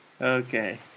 Okay